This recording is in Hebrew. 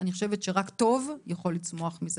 אני חושבת שרק טוב יכול לצמוח מזה.